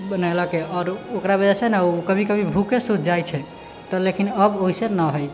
बनैलाके आओर ओकरा वजह से ने कभी कभी भूखे सुति जाईत छै तऽ लेकिन अब वैसे नहि हइ